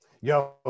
Yo